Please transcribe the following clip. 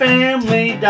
Family